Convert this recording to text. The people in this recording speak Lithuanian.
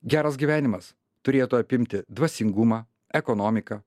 geras gyvenimas turėtų apimti dvasingumą ekonomiką